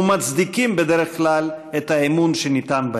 ומצדיקים בדרך כלל את האמון שניתן בהם.